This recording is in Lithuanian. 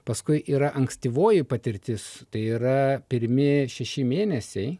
paskui yra ankstyvoji patirtis tai yra pirmi šeši mėnesiai